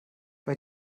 bei